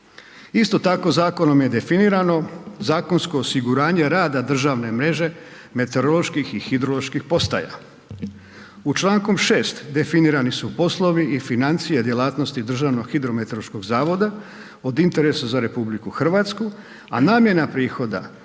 Isto tako zakonom je definirano zakonsko osiguranje rada državne mreže meteoroloških i hidroloških postaja. U Članku 6. definirani su poslovi i financije djelatnosti Državnog hidrometeorološkog zavoda od interesa za RH, a namjena prihoda